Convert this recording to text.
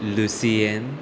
Lucian